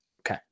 Okay